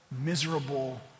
miserable